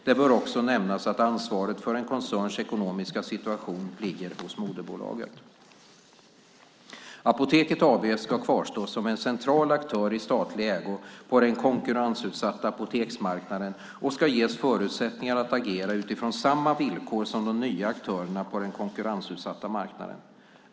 Det bör också nämnas att ansvaret för en koncerns ekonomiska situation ligger hos moderbolaget. Apoteket AB ska kvarstå som en central aktör i statlig ägo på den konkurrensutsatta apoteksmarknaden och ska ges förutsättningar att agera utifrån samma villkor som de nya aktörerna på den konkurrensutsatta marknaden.